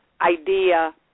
idea